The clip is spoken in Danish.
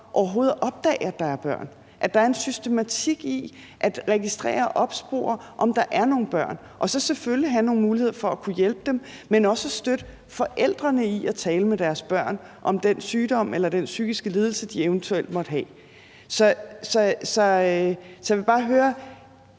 at der er børn, at der en systematik i at registrere og opspore, om der er nogle børn, og så selvfølgelig at have nogle muligheder for at kunne hjælpe dem, men også at støtte forældrene i at tale med deres børn om den sygdom eller den psykiske lidelse, forældrene eventuelt måtte have. Så jeg vil bare høre